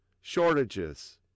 Shortages